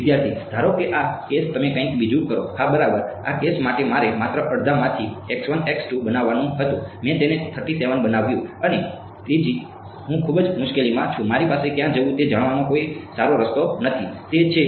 વિદ્યાર્થી ધારો કે આ કેસ તમે કંઈક બીજું કરો હા બરાબર આ કેસ માટે મારે માત્ર અડધામાંથી બનાવવાનું હતું મેં તેને બનાવ્યું અને તેજી હું ખૂબ જ મુશ્કેલીમાં છું મારી પાસે ક્યાં જવું તે જાણવાનો કોઈ સારો રસ્તો નથી તે છે